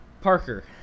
Parker